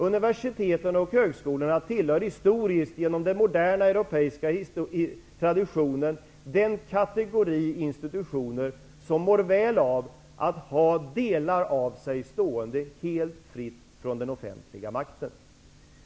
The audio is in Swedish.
Universiteten och högskolorna tillhör genom den moderna europeiska traditionen den kategori av institutioner som mår väl av att ha delar av sig stående helt fria från den offentliga makten.